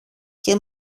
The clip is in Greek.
και